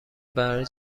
برای